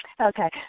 Okay